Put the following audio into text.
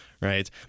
right